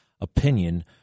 opinion